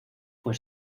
fue